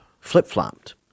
flip-flopped